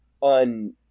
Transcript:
on